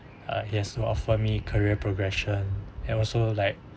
ah yes you offer me career progression and also like